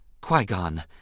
Qui-Gon